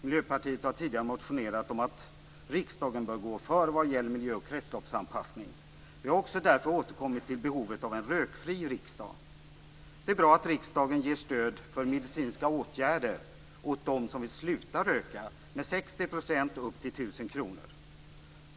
Miljöpartiet har tidigare motionerat om att riksdagen bör gå före vad gäller miljö och kretsloppsanpassning. Därför har vi också återkommit till behovet av en rökfri riksdag. Det är bra att riksdagen ger stöd för medicinska åtgärder åt dem som vill sluta röka med 60 % upp till 1 000 kr.